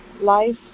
life